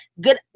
good